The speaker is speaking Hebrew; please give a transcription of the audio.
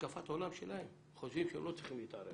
בהשקפת עולם שלהם חושבים שהם לא צריכים להתערב